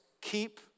keep